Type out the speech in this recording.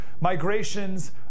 Migrations